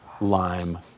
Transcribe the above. lime